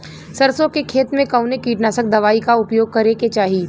सरसों के खेत में कवने कीटनाशक दवाई क उपयोग करे के चाही?